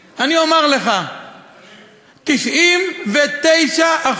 אין עוד תקנות, ואתה כבר רוצה לשנות את